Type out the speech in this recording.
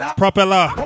propeller